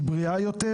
שהיא בריאה יותר,